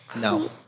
No